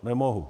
Nemohu.